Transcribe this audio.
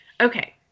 okay